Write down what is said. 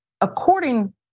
according